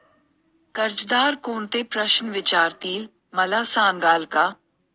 कर्जदार कोणते प्रश्न विचारतील, मला सांगाल का?